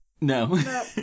No